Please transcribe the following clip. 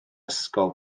ysgol